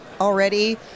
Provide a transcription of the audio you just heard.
already